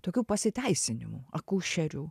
tokių pasiteisinimų akušerių